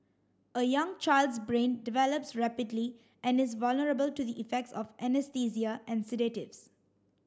a young child's brain develops rapidly and is vulnerable to the effects of anaesthesia and sedatives